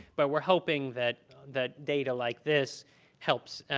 but we're hoping that that data like this helps